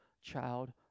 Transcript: child